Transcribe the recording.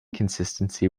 consistency